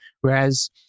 Whereas